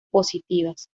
positivas